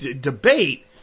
debate